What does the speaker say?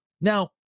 Now